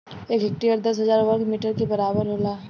एक हेक्टेयर दस हजार वर्ग मीटर के बराबर होला